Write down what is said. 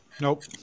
Nope